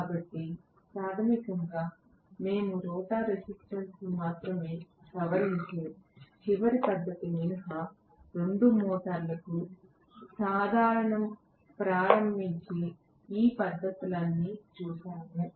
కాబట్టి ప్రాథమికంగా మేము రోటర్ రెసిస్టెన్స్ ను మాత్రమే సవరించే చివరి పద్ధతి మినహా రెండు మోటారులకు సాధారణం ప్రారంభించే ఈ పద్ధతులన్నింటినీ చూశాము